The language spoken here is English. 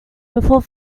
before